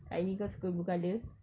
aini kau suka blue colour